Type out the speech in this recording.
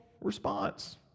response